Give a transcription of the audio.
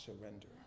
surrender